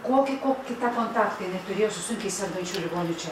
kokį kokį tą kontaktą jinai turėjo su sunkiai sergančiu ligoniu čia